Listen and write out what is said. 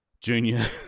Junior